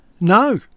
No